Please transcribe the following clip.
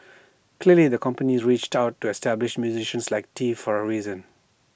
clearly the company reached out the established musicians like tee for A reason